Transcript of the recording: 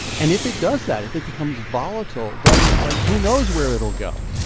and if it does that, if it becomes volatile, then, like, who knows where it'll go?